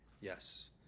Yes